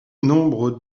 nombre